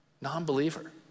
non-believer